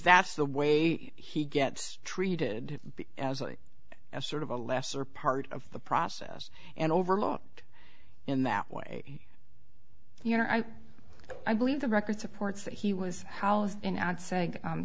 that's the way he gets treated as a sort of a lesser part of the process and overlooked in that way you know i believe the record supports that he was